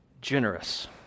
generous